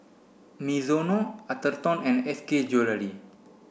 Mizuno Atherton and S K Jewellery